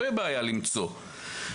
לא תהיה בעיה למצוא אחר.